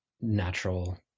natural